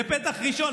זה פתח ראשון.